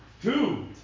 Two